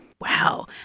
Wow